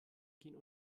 gehen